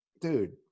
dude